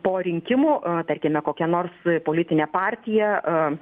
po rinkimų tarkime kokia nors politinė partija